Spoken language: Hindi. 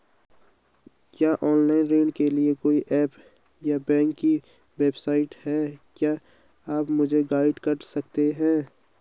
क्या ऑनलाइन ऋण के लिए कोई ऐप या बैंक की वेबसाइट है क्या आप मुझे गाइड कर सकते हैं?